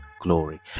Glory